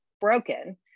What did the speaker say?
broken